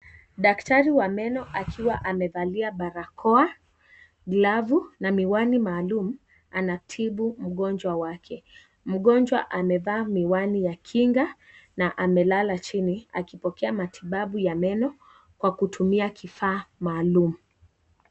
Daktari wa meno akiwa amevcalia barakoa, glavu na miwani maalum, anatibu mgonjwa wake. Mgonjwa amevaa miwani ya kinga, na amelala chini akipokea matibabu, ya meno kwa kutumia kifaa maalum.